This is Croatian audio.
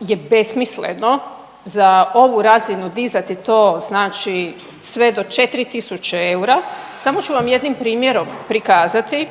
je besmisleno za ovu razinu dizati to znači sve do 4 tisuće eura samo ću vam jednim primjerom prikazati,